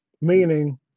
Meaning